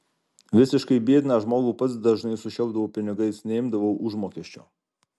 visiškai biedną žmogų pats dažnai sušelpdavau pinigais neimdavau užmokesčio